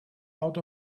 out